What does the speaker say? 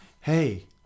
hey